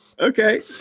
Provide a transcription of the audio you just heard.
Okay